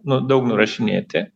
nu daug nurašinėti